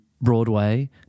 Broadway